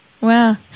Wow